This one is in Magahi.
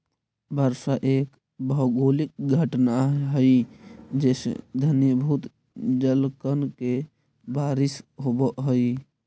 वर्षा एक भौगोलिक घटना हई जेसे घनीभूत जलकण के बारिश होवऽ हई